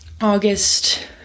August